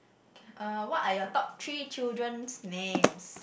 okay uh what are your top three children's names